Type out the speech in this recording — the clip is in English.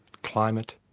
climate,